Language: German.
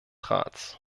rats